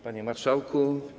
Panie Marszałku!